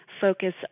focus